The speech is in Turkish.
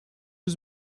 yüz